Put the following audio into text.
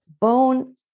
bone